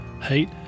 hate